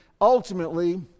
ultimately